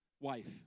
wife